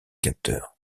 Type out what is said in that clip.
capteurs